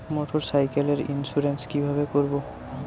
মোটরসাইকেলের ইন্সুরেন্স কিভাবে করব?